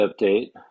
update